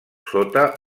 sota